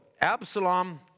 Absalom